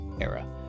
era